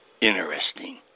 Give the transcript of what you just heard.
interesting